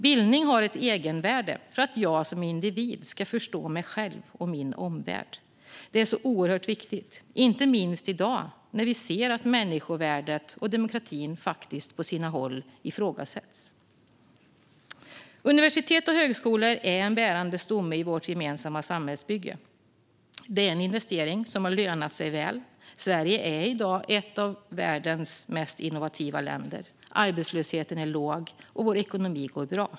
Bildning har ett egenvärde för att jag som individ ska förstå mig själv och min omvärld. Detta är oerhört viktigt, inte minst i dag när vi ser att människovärdet och demokratin på sina håll faktiskt ifrågasätts. Universitet och högskolor är en bärande stomme i vårt gemensamma samhällsbygge. Det är en investering som har lönat sig väl. Sverige är i dag ett av världens mest innovativa länder. Arbetslösheten är låg, och vår ekonomi går bra.